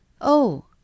Oh